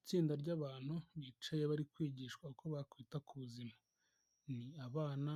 Itsinda ry'abantu bicaye bari kwigishwa uko bakwita ku buzima, ni abana ,